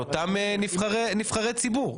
לאותם נבחרי ציבור.